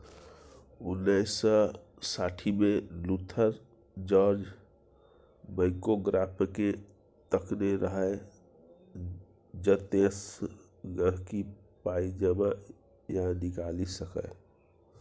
उन्नैस सय साठिमे लुथर जार्ज बैंकोग्राफकेँ तकने रहय जतयसँ गांहिकी पाइ जमा या निकालि सकै